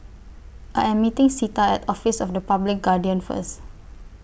I Am meeting Zeta At Office of The Public Guardian First